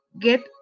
Get